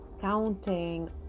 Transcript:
counting